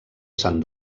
sant